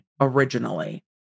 originally